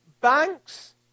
banks